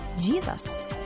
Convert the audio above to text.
Jesus